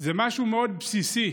זה משהו מאוד בסיסי,